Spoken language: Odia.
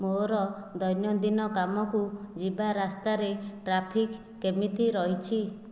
ମୋର ଦୈନନ୍ଦିନ କାମକୁ ଯିବା ରାସ୍ତାରେ ଟ୍ରାଫିକ୍ କେମିତି ରହିଛି